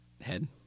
head